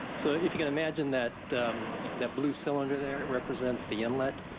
so if you can imagine that and that blue cylinder there represents the inlet,